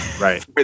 Right